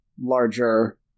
larger